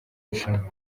rushanwa